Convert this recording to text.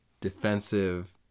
defensive